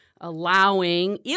allowing